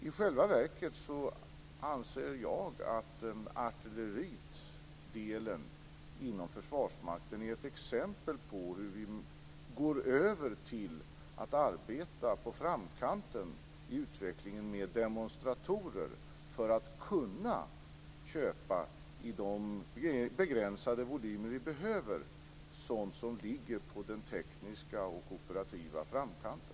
I själva verket anser jag att artilleridelen inom försvarsmakten är ett exempel på hur vi går över till att arbeta med utvecklingen med demonstratorer för att i de begränsade volymer vi behöver kunna köpa sådant som ligger på den tekniska och operativa framkanten.